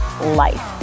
life